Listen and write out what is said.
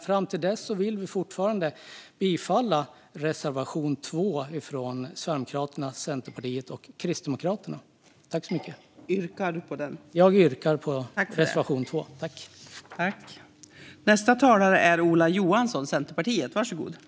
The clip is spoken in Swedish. Fram till dess vill vi dock fortfarande bifalla reservation 2, från Sverigedemokraterna, Centerpartiet och Kristdemokraterna. Jag yrkar bifall till den.